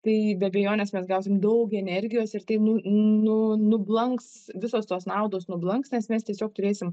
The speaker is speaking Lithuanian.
tai be abejonės mes gausim daug energijos ir tai nu nu nublanks visos tos naudos nublanks nes mes tiesiog turėsim